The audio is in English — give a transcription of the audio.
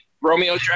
Romeo